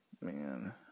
man